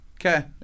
Okay